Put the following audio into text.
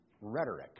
rhetoric